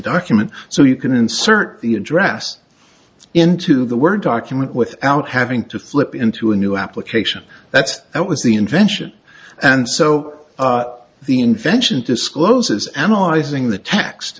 document so you can insert the address into the word document without having to flip into a new application that's that was the invention and so the invention discloses analyzing the t